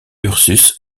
ursus